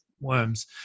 worms